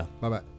Bye-bye